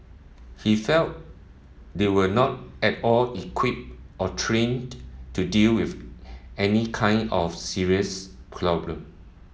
he felt they were not at all equipped or trained to deal with any kind of serious problem